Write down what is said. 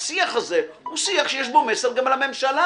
השיח הזה הוא שיח שיש בו מסר גם לממשלה.